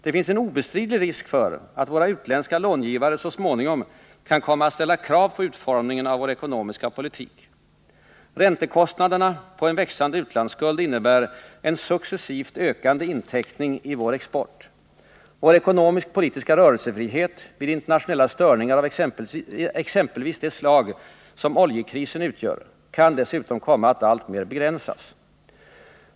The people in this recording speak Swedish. Det finns en obestridlig risk för att våra utländska långivare så småningom kan komma att ställa krav på utformningen av vår ekonomiska politik. Räntekostnaderna för en växande utlandsskuld innebär en successivt ökande inteckning i vår export. Vår ekonomisk-politiska rörelsefrihet vid internationella störningar av exempelvis det slag som oljekrisen utgör kan dessutom komma att alltmer begränsas.